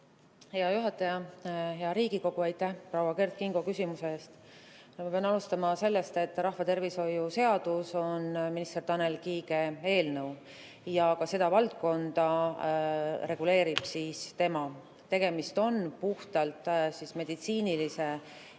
Hea juhataja! Hea Riigikogu! Aitäh, proua Kert Kingo, küsimuse eest! Aga pean alustama sellest, et rahvatervishoiu seadus on minister Tanel Kiige eelnõu ja ka seda valdkonda reguleerib tema. Tegemist on puhtalt meditsiinilise otsustusega